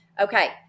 Okay